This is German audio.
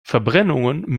verbrennungen